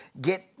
get